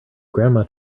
grandma